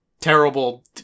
terrible